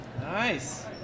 Nice